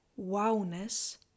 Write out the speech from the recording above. wowness